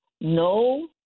no